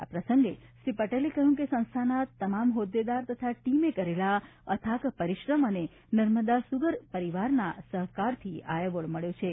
આ પ્રસંગે શ્રી પટેલે કહ્યું કે સંસ્થાના તમામ હોદ્દેદારો તથા ટીમે કરેલા અથાક પરિશ્રમ અને નર્મદા સૂગર પરિવારના સહકારથી આ એવોર્ડ મળ્યો છે